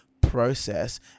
process